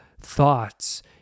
thoughts